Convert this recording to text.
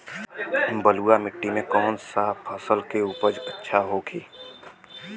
बलुआ मिट्टी में कौन सा फसल के उपज अच्छा होखी?